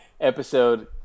episode